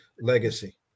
legacy